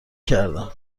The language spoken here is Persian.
کردم